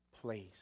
place